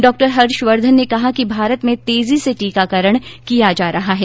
doctor Harshvardhan ने कहा कि भारत में तेजी से टीकाकरण किया जा रहा है